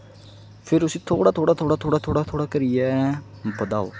फिर उसी थोह्ड़ा थोह्ड़ा थोह्ड़ा थोह्ड़ा थोह्ड़ा थोह्ड़ा करियै बधाओ